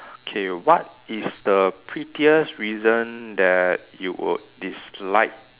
okay what is the prettiest reason that you will dislike